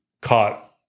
caught